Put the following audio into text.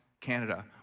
Canada